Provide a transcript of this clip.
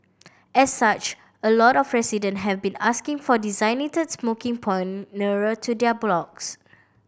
as such a lot of residents have been asking for designated smoking point nearer to their blocks